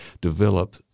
develop